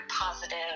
positive